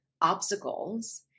obstacles